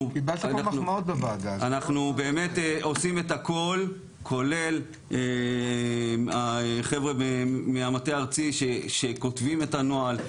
אנחנו עושים את הכל כולל החבר'ה מהמטה הארצי שכותבים את הנוהל,